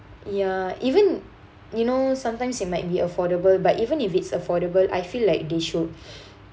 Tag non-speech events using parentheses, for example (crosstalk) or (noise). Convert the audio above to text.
ya even you know sometimes it might be affordable but even if it's affordable I feel like they should (breath)